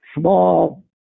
small